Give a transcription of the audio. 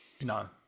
No